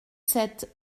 sept